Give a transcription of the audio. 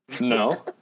No